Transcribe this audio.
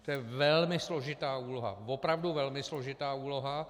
To je velmi složitá úloha, opravdu velmi složitá úloha.